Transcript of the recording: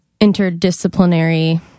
interdisciplinary